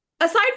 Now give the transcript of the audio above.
Aside